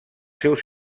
seus